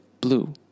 blue